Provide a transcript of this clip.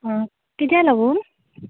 हां कित्याक लागून